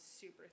super